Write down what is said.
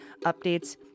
updates